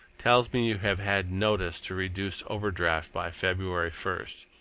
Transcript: tells me you have had notice to reduce overdraft by february first.